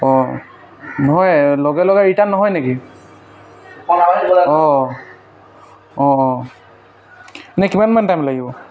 অঁ নহয় লগে লগে ৰিটাৰ্ণ নহয় নেকি অঁ অঁ অঁ এনে কিমান মান টাইম লাগিব